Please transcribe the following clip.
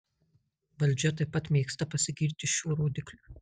valdžia taip pat mėgsta pasigirti šiuo rodikliu